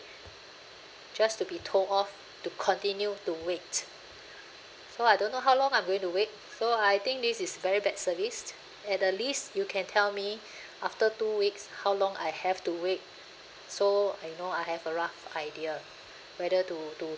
just to be told off to continue to wait so I don't know how long I'm going to wait so I think this is very bad service at the least you can tell me after two weeks how long I have to wait so I know I have a rough idea whether to to